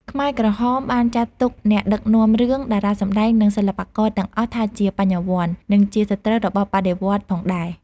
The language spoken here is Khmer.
ខ្មែរក្រហមបានចាត់ទុក អ្នកដឹកនាំរឿង តារាសម្តែង និងសិល្បករ ទាំងអស់ថាជាបញ្ញវន្ត និងជាសត្រូវរបស់បដិវត្តន៍ផងដែរ។